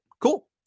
cool